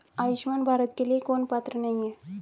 आयुष्मान भारत के लिए कौन पात्र नहीं है?